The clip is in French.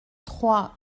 trois